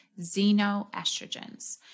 xenoestrogens